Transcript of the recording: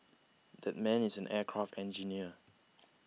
that man is an aircraft engineer